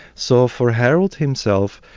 so for harold himself,